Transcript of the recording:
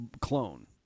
clone